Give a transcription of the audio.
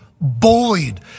bullied